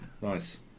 nice